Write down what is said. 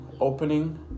opening